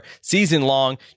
season-long